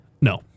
No